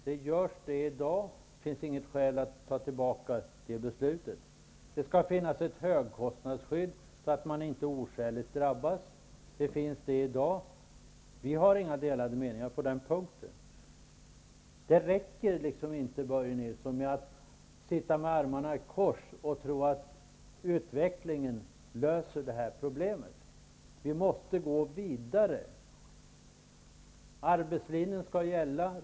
Det görs i dag, och det finns inget skäl att ta tillbaka det beslutet. Det skall finnas ett högkostnadsskydd, så att man inte drabbas oskäligt. Det finns i dag. Vi har inga delade meningar på den punkten. Det räcker inte, Börje Nilsson, att sitta med armarna i kors och tro att utvecklingen löser det här problemet. Vi måste gå vidare. Arbetslinjen skall gälla.